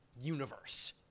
Universe